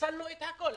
ניצלנו את הכול.